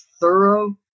thorough